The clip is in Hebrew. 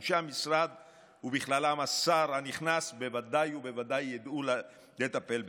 אנשי המשרד ובכללם השר הנכנס בוודאי ובוודאי ידעו לטפל בזה,